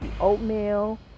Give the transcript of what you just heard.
oatmeal